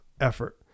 effort